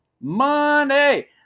Money